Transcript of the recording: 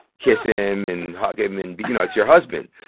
kiss him and hug him. and, you know, it's your husband.